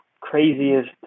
craziest